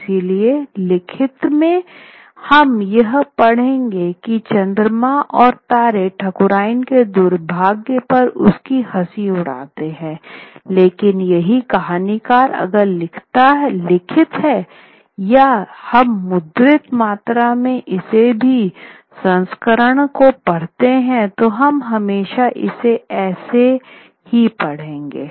इसलिए लिखित में हम यह पड़ेंगे की चंद्रमा और तारे ठकुराइन के दुर्भाग्य पर उसकी हंसी उड़ाते हैं लेकिन यही कहानी अगर लिखित है या हम मुद्रित मात्रा के किसी भी संस्करण को पढ़ते हैं तो हम हमेशा इसे ऐसे हे पड़ेंगे